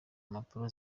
impapuro